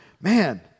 Man